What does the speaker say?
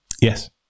yes